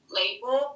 label